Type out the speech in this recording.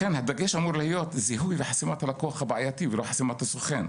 לכן הדגש אמור להיות: זיהוי וחסימת הלקוח הבעייתי ולא חסימת הסוכן.